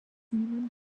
niemand